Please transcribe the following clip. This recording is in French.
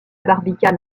barbicane